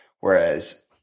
Whereas